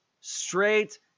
Straight